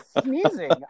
sneezing